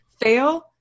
Fail